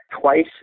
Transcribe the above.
twice